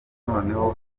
noneho